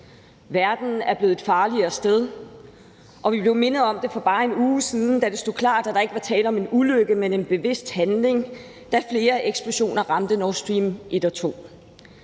Verden er blevet et farligere sted, og vi blev mindet om det for bare en uge siden, da det stod klart, at der ikke var tale om en ulykke, men om en bevidst handling, da flere eksplosioner ramte Nord Stream 1 og 2.